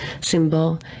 symbol